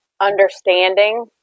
understanding